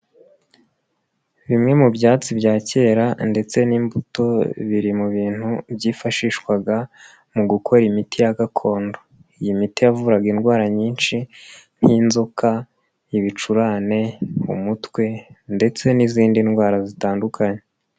Bimwe mu byatsi bya kera ndetse n'imbuto biri mu bintu byifashishwaga mu gukora imiti ya gakondo. Iyi miti yavuraga indwara nyinshi nk'inzoka, ibicurane, umutwe ndetse n'izindi ndwara zitandukanye.